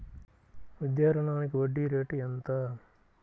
విద్యా రుణానికి వడ్డీ రేటు ఎంత?